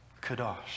kadosh